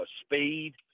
speed